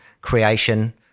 creation